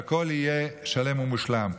שהכול יהיה שלם ומושלם.